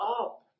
up